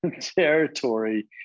territory